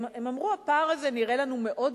הן אמרו: הפער הזה נראה לנו מאוד גדול,